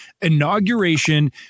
inauguration